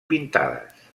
pintades